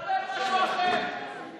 למה, בשביל מה?